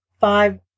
five